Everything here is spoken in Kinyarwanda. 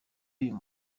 uyu